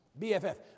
BFF